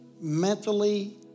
mentally